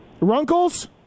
Runkles